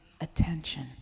attention